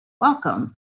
welcome